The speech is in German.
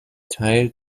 teil